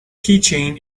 keychain